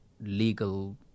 legal